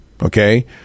Okay